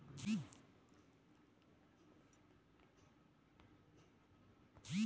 ಬಡತನದಿಂದ ಶಾಲೆ ಮಕ್ಳು ಮದ್ಯಾನ ಹಸಿವಿಂದ ಇರ್ಬಾರ್ದಂತ ಸರ್ಕಾರ ಬಿಸಿಯೂಟ ಯಾಜನೆ ತಂದೇತಿ